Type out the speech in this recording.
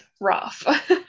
rough